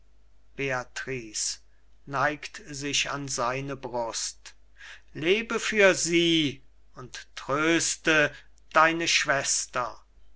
neigt sich an seine brust lebe für sie und tröste deine schwester